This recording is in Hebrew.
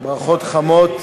ברכות חמות.